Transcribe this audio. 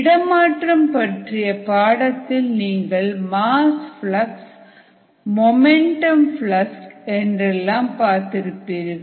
இடமாற்றம் பற்றிய பாடத்தில் நீங்கள் மாஸ் ஃப்ளக்ஸ் மோமெண்டம் ஃப்ளக்ஸ் என்றெல்லாம் பார்த்திருப்பீர்கள்